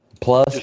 Plus